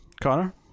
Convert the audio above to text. Connor